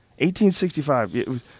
1865